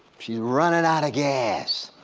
she's running out of gas.